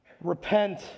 Repent